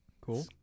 Cool